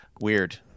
Weird